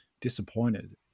disappointed